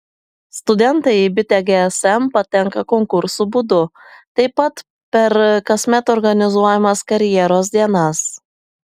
studentai į bitę gsm patenka konkursų būdu taip pat per kasmet organizuojamas karjeros dienas